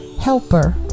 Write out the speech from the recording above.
helper